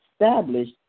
established